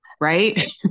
Right